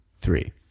three